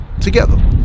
together